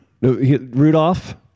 Rudolph